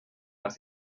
las